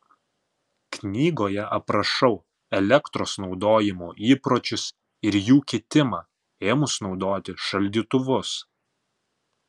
knygoje aprašau elektros naudojimo įpročius ir jų kitimą ėmus naudoti šaldytuvus